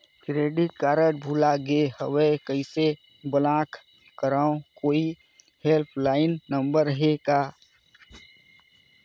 Credit card भुला गे हववं कइसे ब्लाक करव? कोई हेल्पलाइन नंबर हे का?